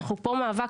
אנחנו פה מאבק.